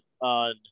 on